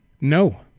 No